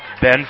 Ben